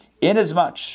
Inasmuch